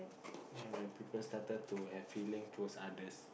you know when people started to have feelings towards others